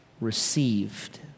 received